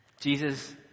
Jesus